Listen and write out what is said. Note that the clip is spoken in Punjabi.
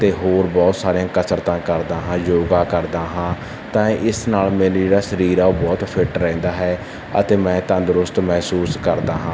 ਅਤੇ ਹੋਰ ਬਹੁਤ ਸਾਰੀਆਂ ਕਸਰਤਾਂ ਕਰਦਾ ਹਾਂ ਯੋਗਾ ਕਰਦਾ ਹਾਂ ਤਾਂ ਇਸ ਨਾਲ ਮੇਰੀ ਜਿਹੜਾ ਸਰੀਰ ਆ ਉਹ ਬਹੁਤ ਫਿੱਟ ਰਹਿੰਦਾ ਹੈ ਅਤੇ ਮੈਂ ਤੰਦਰੁਸਤ ਮਹਿਸੂਸ ਕਰਦਾ ਹਾਂ